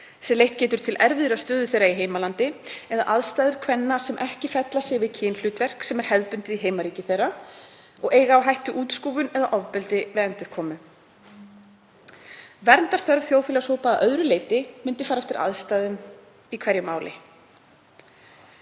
sem leitt getur til erfiðrar stöðu þeirra í heimalandi, eða aðstæður kvenna sem ekki fella sig við kynhlutverk sem er hefðbundið í heimaríki þeirra og eiga á hættu útskúfun eða ofbeldi við endurkomu. Verndarþörf þjóðfélagshópa að öðru leyti mundi fara eftir aðstæðum í hverju máli.“